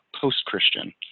post-Christian